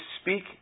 speak